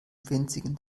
winzigen